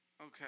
Okay